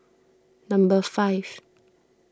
number five